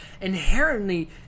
inherently